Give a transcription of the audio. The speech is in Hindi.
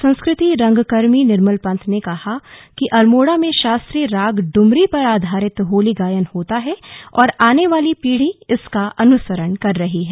संस्कृति रंगकर्मी निर्मल पंत ने कहा कि अल्मोड़ा में शास्त्रीय राग ड्मरी पर आधारित होली गायन होता है और आने वाली पीढ़ी इसका अनुसरण कर रही है